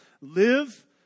Live